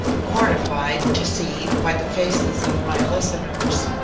mortified to see, by the faces of my listeners,